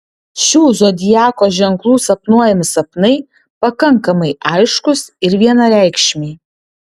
šių zodiako ženklų sapnuojami sapnai pakankamai aiškūs ir vienareikšmiai